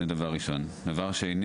דבר שני